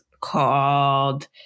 called